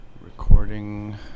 recording